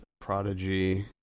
Prodigy